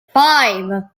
five